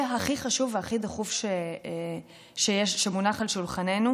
הכי חשוב והכי דחוף שמונח על שולחננו,